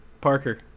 Parker